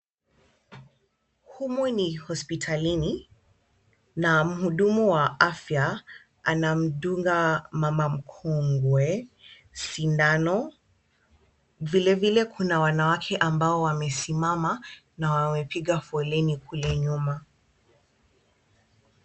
Humu ni hospitalini na mhudumu wa afya anamdunga mama mkongwe sindano. Vilevile kuna wanawake ambao wamesimama na wamepiga foleni kule nyuma.